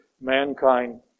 mankind